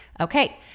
Okay